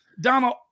donald